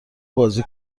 بازی